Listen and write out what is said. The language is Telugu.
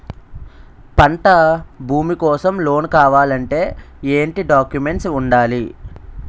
పంట భూమి కోసం లోన్ కావాలి అంటే ఏంటి డాక్యుమెంట్స్ ఉండాలి?